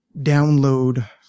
download